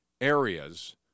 areas